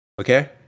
okay